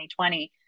2020